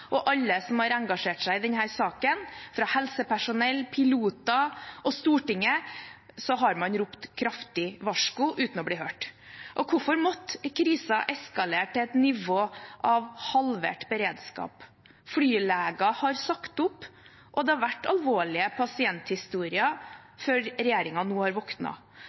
Alle som har engasjert seg i denne saken – helsepersonell, piloter og Stortinget – har ropt et kraftig varsko uten å bli hørt. Hvorfor måtte krisen eskalere til et nivå av halvert beredskap? Flyleger har sagt opp, og det har vært alvorlige pasienthistorier før regjeringen nå har